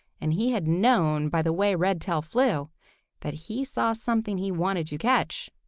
and he had known by the way redtail flew that he saw something he wanted to catch.